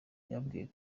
yababwiye